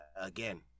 again